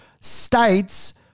states